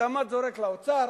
התמ"ת זורק לאוצר,